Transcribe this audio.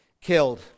killed